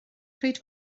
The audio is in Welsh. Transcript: pryd